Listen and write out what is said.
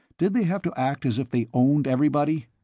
did they have to act as if they owned everybody?